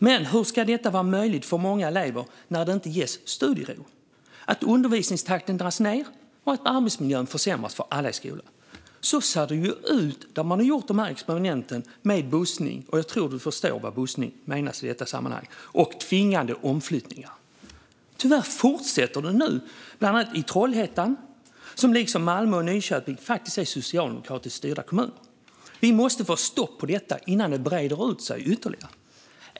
Men hur ska detta vara möjligt för många elever när det inte ges studiero, när undervisningstakten dras ned och när arbetsmiljön försämras för alla i skolan? Så ser det ju ut där man har gjort de här experimenten med bussning - jag tror att utbildningsministern förstår vad som menas med bussning i detta sammanhang - och tvingande omflyttningar. Tyvärr fortsätter det nu bland annat i Trollhättan, som liksom Malmö och Nyköping faktiskt är en socialdemokratiskt styrd kommun. Vi måste få stopp på detta innan det breder ut sig ytterligare.